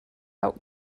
out